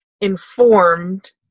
informed